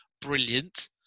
Brilliant